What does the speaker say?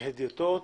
להדיוטות,